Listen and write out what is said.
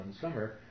summer